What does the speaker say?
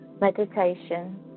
meditation